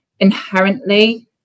inherently